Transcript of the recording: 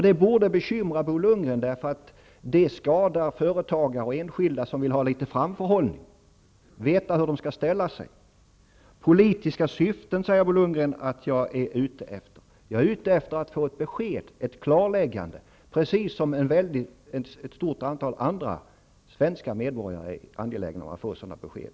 Det borde bekymra Bo Lundgren eftersom det skadar företagare och enskilda som vill ha litet framförhållning och veta hur de skall handla. Bo Lundgren säger att jag har politiska syften. Jag är ute efter att få ett besked och ett klarläggande, precis som ett antal andra svenska medborgare är angelägna att få ett sådant besked.